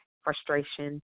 frustration